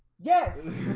yes!